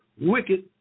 wicked